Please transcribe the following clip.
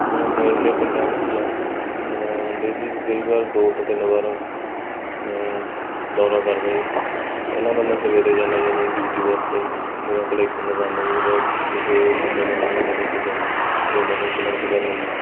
ਮੈਂ ਨੇੜਲੇ ਪਿੰਡਾਂ ਵਿੱਚ ਡੇਲੀ ਕਈ ਵਾਰ ਦੋ ਤੋਂ ਤਿੰਨ ਵਾਰ ਦੌਰਾ ਕਰਦਾ ਜੀ ਪਹਿਲਾਂ ਤਾਂ ਮੈਂ ਸਵੇਰੇ ਜਾਂਦਾ ਜੀ ਆਪਣੀ ਡਿਊਟੀ ਵਾਸਤੇ ਮੇਰਾ ਕਲੈਕਸ਼ਨ ਦਾ ਕੰਮ ਹੈ ਜੀ ਕਦੇ ਕਿਸੇ ਬੰਦੇ ਨੂੰ ਮਿਲਣਾ ਕਦੇ ਕਿਸੇ ਨੂੰ ਪੇਮੈਂਟ ਕਲੈਕਟ ਕਰਨੀ ਜੀ